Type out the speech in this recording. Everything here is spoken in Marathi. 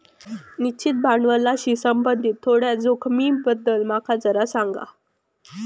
निश्चित भांडवलाशी संबंधित थोड्या जोखमींबद्दल माका जरा सांग